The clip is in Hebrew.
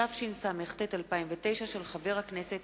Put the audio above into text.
התשס"ט 2009, של חבר הכנסת